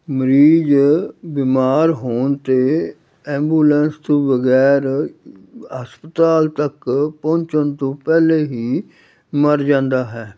ਮਰੀਜ਼ ਬਿਮਾਰ ਹੋਣ ਤੋਂ ਐਂਬੂਲੈਂਸ ਤੋਂ ਬਗੈਰ ਹਸਪਤਾਲ ਤੱਕ ਪਹੁੰਚਣ ਤੋਂ ਪਹਿਲਾਂ ਹੀ ਮਰ ਜਾਂਦਾ ਹੈ